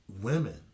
Women